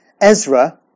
Ezra